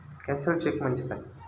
Cancelled cheque म्हणजे काय?